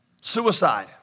suicide